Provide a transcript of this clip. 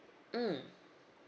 mm